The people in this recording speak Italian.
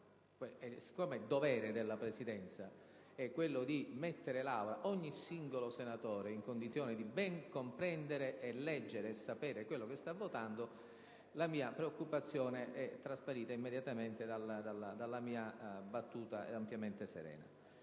Siccome dovere della Presidenza è quello di mettere l'Assemblea - ogni singolo senatore - in condizione di ben comprendere, leggere e sapere quello che sta votando, la mia preoccupazione è trasparita immediatamente dalla mia battuta, che era ampiamente serena.